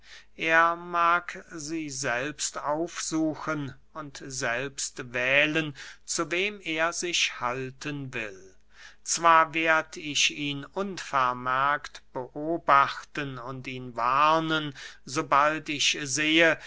er mag sie selbst aufsuchen und selbst wählen zu wem er sich halten will zwar werd ich ihn unvermerkt beobachten und ihn warnen sobald ich sehe